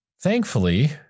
Thankfully